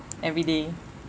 every day